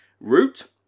Root